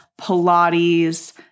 Pilates